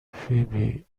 فیبی